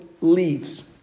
leaves